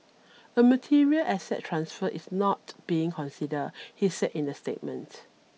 a material asset transfer is not being considered he said in the statement